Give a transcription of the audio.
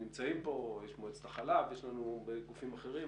נמצאים פה מועצת החלב וגופים אחרים.